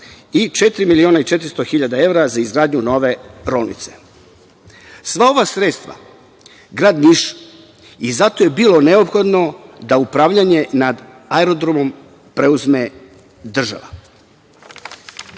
i 4 miliona i 400 hiljada evra za izgradnju nove rolnice. Sva ova sredstva grad Niš i zato je bilo neophodno da upravljanje nad aerodromom preuzme država.